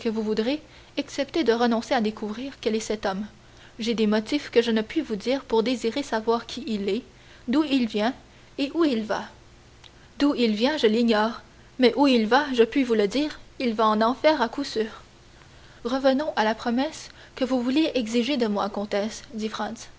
voudrez excepté de renoncer à découvrir quel est cet homme j'ai des motifs que je ne puis vous dire pour désirer savoir qui il est d'où il vient et où il va d'où il vient je l'ignore mais où il va je puis vous le dire il va en enfer à coup sûr revenons à la promesse que vous vouliez exiger de moi comtesse dit